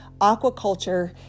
aquaculture